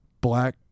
black